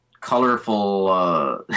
colorful